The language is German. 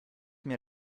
mir